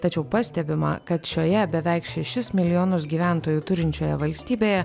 tačiau pastebima kad šioje beveik šešis milijonus gyventojų turinčioje valstybėje